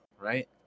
right